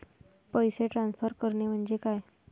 पैसे ट्रान्सफर करणे म्हणजे काय?